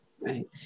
Right